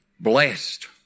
blessed